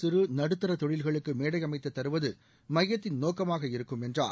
சிறு நடுத்தர தொழில்களுக்கு மேடை அமைத்து தருவது மையத்தின் நோக்கமாக இருக்கும் என்றார்